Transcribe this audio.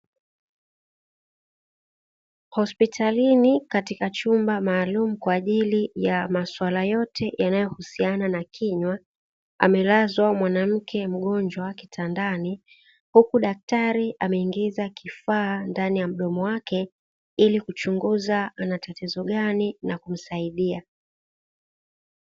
Hospitalini katika chumba maalumu, kwa ajili maswala yote yanayohusiana na kinywa amelazwa mwanamke mgonjwa kitandani huku daktari ameingiza kifaa ndani ya mdomo wake kuchunguza anatatizo gani na kumsaidia.